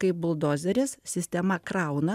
kaip buldozeris sistema krauna